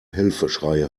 hilfeschreie